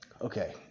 okay